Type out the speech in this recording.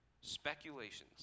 speculations